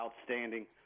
outstanding